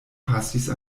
pasis